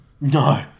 No